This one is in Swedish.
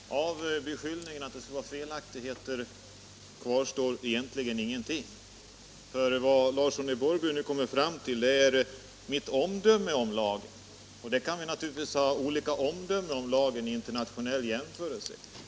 Herr talman! Av beskyllningen att jag skulle ha gjort mig skyldig till felaktigheter kvarstår egentligen ingenting. Vad herr Larsson i Borrby nu kommer fram till är mitt omdöme om lagen, och vi kan naturligtvis ha olika omdömen om lagen vid en internationell jämförelse.